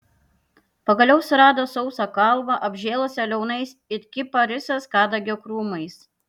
pagaliau surado sausą kalvą apžėlusią liaunais it kiparisas kadagio krūmais